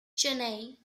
cheney